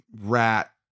rat